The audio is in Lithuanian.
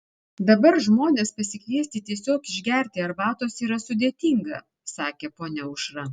dabar žmones pasikviesti tiesiog išgerti arbatos yra sudėtinga sakė ponia aušra